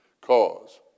cause